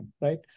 right